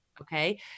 Okay